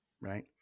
right